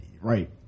Right